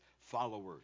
followers